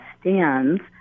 stands